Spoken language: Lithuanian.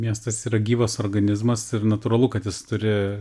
miestas yra gyvas organizmas ir natūralu kad jis turi